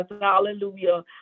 Hallelujah